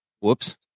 Whoops